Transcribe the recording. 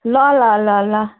ल ल ल ल